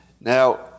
Now